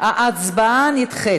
ההצבעה נדחית.